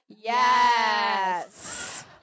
Yes